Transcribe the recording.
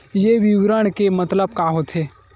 ये विवरण के मतलब का होथे?